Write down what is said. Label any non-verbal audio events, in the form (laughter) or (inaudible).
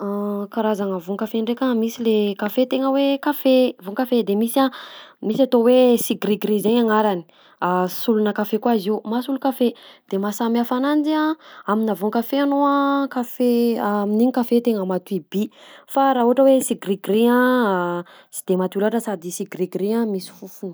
(hesitation) Karazagna voan-kafe ndraika: misy le kafe tegna hoe kafe voan-kafe; de misy a, misy atao hoe sigrigry zaigny agnarany (hesitation) solonà kafe koa izy io, mahasolo kafe; de mahasamy hafa ananjy a aminà voan-kafe anao a kafe (hesitation) amin'iny kafe tegna matoy bi, fa raha ohatra hoe sigrigry a (hesitation) sy de matoy loatra sady sigrigry misy fofona.